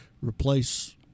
replace –